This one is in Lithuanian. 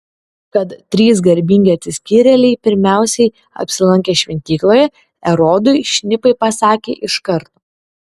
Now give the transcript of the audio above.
kad trys garbingi atsiskyrėliai pirmiausiai apsilankė šventykloje erodui šnipai pasakė iš karto